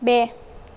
બે